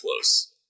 close